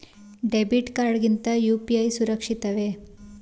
Debit card ಗಿಂತ UPI ಸುರಕ್ಷಿತವೇ?